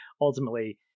ultimately